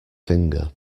finger